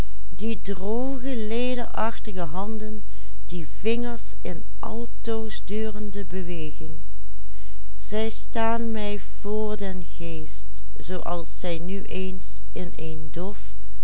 vingers in altoosdurende beweging zij staan mij voor den geest zoo als zij nu eens in een dof